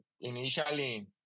initially